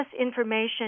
information